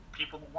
people